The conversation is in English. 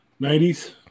90s